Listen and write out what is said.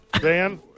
Dan